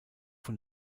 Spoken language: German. von